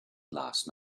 last